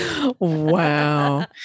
Wow